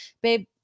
Babe